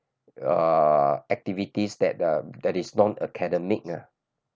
uh activities that uh that is non academic